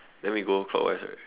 then we go clockwise right